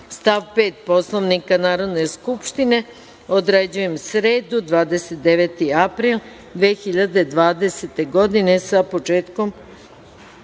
stav 5. Poslovnika Narodne skupštine određujem sredu, 29. april 2020. godine sa početkom